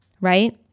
right